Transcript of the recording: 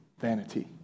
Vanity